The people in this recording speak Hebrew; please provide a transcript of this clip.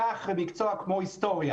כמו היסטוריה